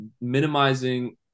minimizing